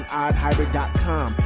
oddhybrid.com